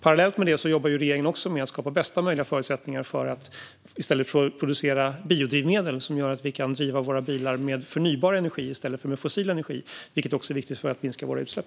Parallellt med detta jobbar regeringen också med att skapa bästa möjliga förutsättningar för att i stället producera biodrivmedel som gör att vi kan driva våra bilar med förnybar energi i stället för med fossil energi, vilket också är viktigt för att minska våra utsläpp.